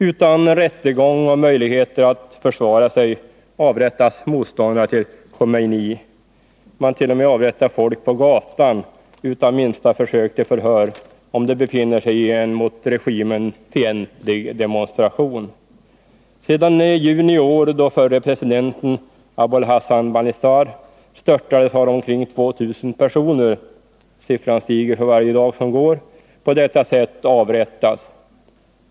Utan rättegång och möjligheter att försvara sig avrättas motståndare till Khomeini. Man till och med avrättar folk på gatan utan minsta försök till förhör, om de befinner sig i en mot regimen fientlig demonstration. Sedan i juni i år då förre president Abolhassan Banisadr störtades har omkring 2000 personer — siffran stiger för varje dag som går — på detta sätt avrättats.